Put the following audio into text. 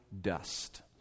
Dust